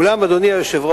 ואולם, אדוני היושב-ראש,